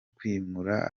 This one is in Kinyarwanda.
kwimura